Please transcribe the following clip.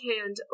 hand